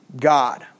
God